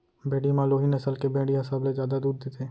भेड़ी म लोही नसल के भेड़ी ह सबले जादा दूद देथे